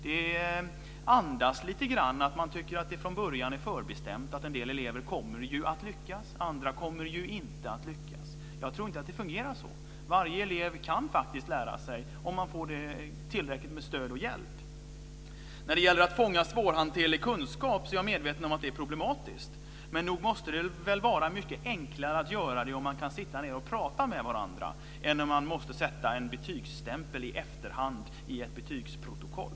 Det andas lite grann att man tycker att detta är förutbestämt från början: En del elever kommer ju att lyckas, andra kommer ju inte att lyckas. Jag tror inte att det fungerar så. Varje elev kan faktiskt lära sig om man får tillräckligt med stöd och hjälp. När det gäller att fånga svårhanterlig kunskap är jag medveten om att detta är problematiskt. Men nog måste det väl vara mycket enklare att göra det om man kan sitta ned och prata med varandra än om man måste sätta en betygsstämpel i efterhand i ett betygsprotokoll.